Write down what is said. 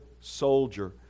soldier